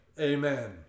Amen